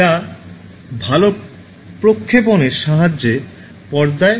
যা ভাল প্রক্ষেপণের সাহায্যে পর্দায় প্রদর্শিত হতে পারে এবং প্রত্যেকে দেখতে পাবে